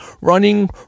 running